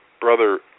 brother